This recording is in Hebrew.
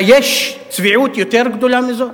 היש צביעות יותר גדולה מזאת?